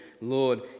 Lord